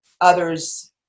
others